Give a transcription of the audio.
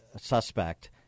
suspect